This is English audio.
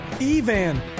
Evan